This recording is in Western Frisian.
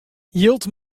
jild